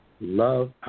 Love